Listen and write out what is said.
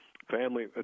Family